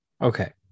Okay